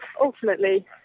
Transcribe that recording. ultimately